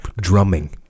Drumming